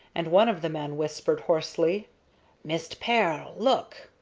and one of the men whispered, hoarsely mist pearl, look!